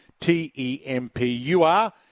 T-E-M-P-U-R